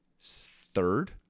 third